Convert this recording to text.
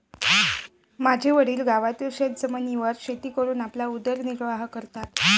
माझे वडील गावातील शेतजमिनीवर शेती करून आपला उदरनिर्वाह करतात